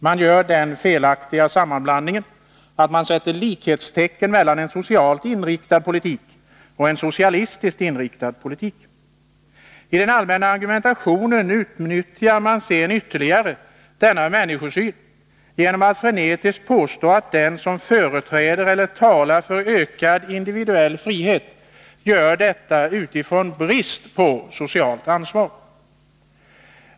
Man gör den felaktiga sammanblandningen att man sätter likhetstecken mellan en socialt inriktad politik och en socialistiskt inriktad politik. I den allmänna argumentationen utnyttjar man sedan ytterligare denna människosyn genom att frenetiskt påstå att den som företräder eller talar för ökad individuell frihet gör detta utifrån brist på socialt ansvar.